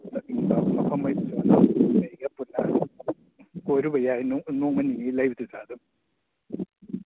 ꯀꯣꯏꯔꯨꯕ ꯌꯥꯏ ꯅꯣꯡꯃ ꯅꯤꯅꯤ ꯂꯩꯕꯗꯨꯗ ꯑꯗꯨꯝ